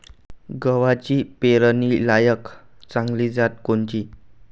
गव्हाची पेरनीलायक चांगली जात कोनची?